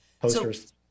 Posters